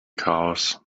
chaos